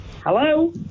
Hello